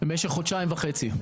למשך חודשיים וחצי.